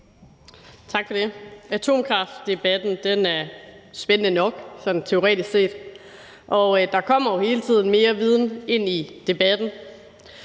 Tak for det. Atomkraftdebatten er spændende nok sådan teoretisk set, og der kommer jo hele tiden mere viden ind i debatten.